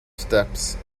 steps